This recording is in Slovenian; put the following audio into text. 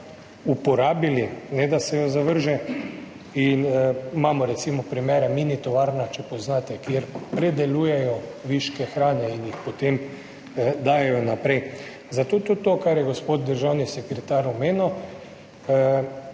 uporabili, ne da se jo zavrže. Imamo recimo primere, Mini tovarna, če poznate, kjer predelujejo viške hrane in jih potem dajejo naprej. Zato tudi to, kar je gospod državni sekretar omenil,